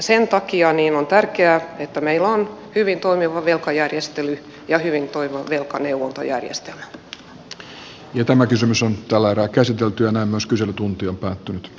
sen takia on tärkeää että meillä on hyvin toimiva velkajärjestely ja tämä kysymys on tällä erää käsiteltyinä myös kyselytunti hyvin toimiva velkaneuvontajärjestelmä